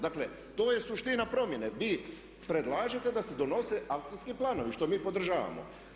Dakle, to je suština promjene, vi predlažete da se odnose akcijski planovi, što mi podržavamo.